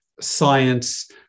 science